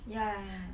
ya ya ya